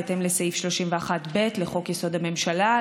בהתאם לסעיף 31(ב) לחוק-יסוד: הממשלה,